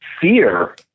fear